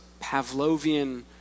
Pavlovian